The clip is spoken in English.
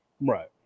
Right